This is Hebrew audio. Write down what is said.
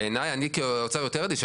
בעיני, אני כאוצר יותר אדיש.